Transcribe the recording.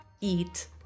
eat